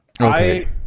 Okay